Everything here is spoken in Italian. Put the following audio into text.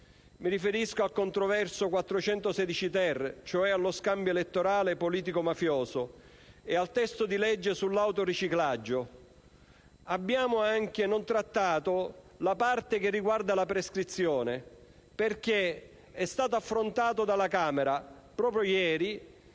di cui al controverso articolo 416-*ter*, cioè allo scambio elettorale politico-mafioso, e al testo di legge sull'autoriciclaggio. Abbiamo anche non trattato la parte che riguarda la prescrizione, perché è stato affrontato dalla Camera proprio ieri,